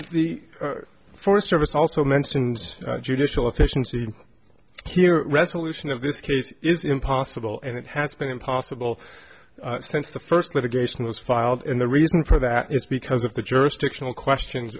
only forest service also mentions judicial efficiency here resolution of this case is impossible and it has been impossible since the first litigation was filed and the reason for that is because of the jurisdictional questions